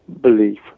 belief